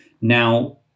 Now